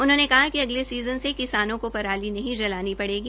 उन्होंने कहा िक अगले सीज़न से किसानों को पराली नही जलानी पड़ेगी